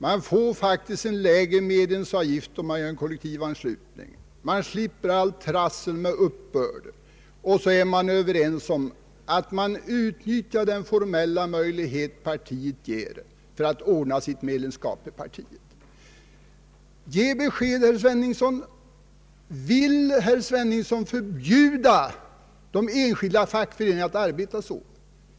Man får faktiskt lägre medlemsavgift genom kollektivanslutning, och man slipper allt trassel med uppbörd. Så är man överens om att utnyttja den formella möjlighet partiet ger för att ordna sitt medlemskap i partiet. Vill herr Sveningsson förbjuda de enskilda fackföreningarna att arbeta så?